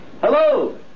Hello